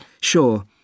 Sure